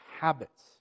habits